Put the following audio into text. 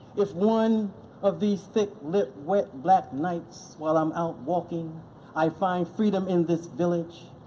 if one of these thick-lipped, wet, black nights while i'm out walking i find freedom in this village,